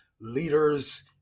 leaders